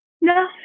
no